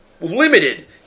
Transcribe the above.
limited